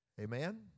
Amen